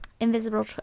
Invisible